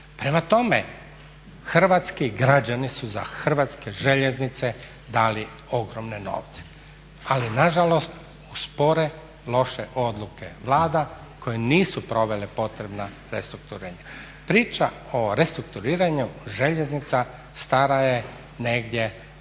Prema tome, hrvatski građani su za Hrvatske željeznice dali ogromne novce. Ali nažalost u spore, loše odluke vlada koje nisu provele potrebna restrukturiranja. Priča o restrukturiranju željeznica stara je negdje od '97.